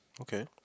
okay